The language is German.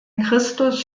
christus